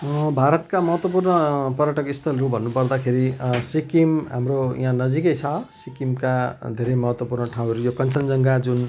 भारतका महत्त्वपूर्ण पर्यटक स्थलहरू भन्नु पर्दाखेरि सिक्किम हाम्रो यहाँ नजिकै छ सिक्किमका धेरै महत्त्वपूर्ण ठाउँहरू यो कञ्चनजङ्घा जुन